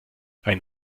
ein